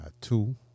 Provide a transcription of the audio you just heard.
two